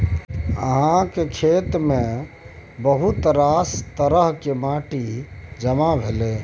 अहाँक खेतमे बहुत रास तरहक माटि जमा भेल यै